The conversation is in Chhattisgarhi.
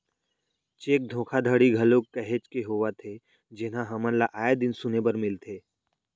चेक धोखाघड़ी घलोक काहेच के होवत हे जेनहा हमन ल आय दिन सुने बर मिलथे